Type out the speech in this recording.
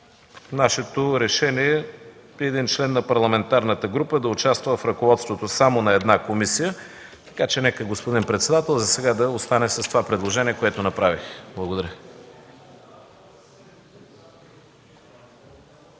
нашето решение е един член на парламентарната група да участва в ръководството само на една комисия. Така че, господин председател, нека засега да остане това предложение, което направих. Благодаря.